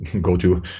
go-to